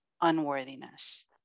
unworthiness